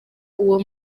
uwo